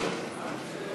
הצעת